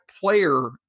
player